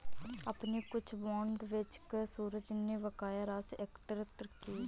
अपने कुछ बांड बेचकर सूरज ने बकाया राशि एकत्र की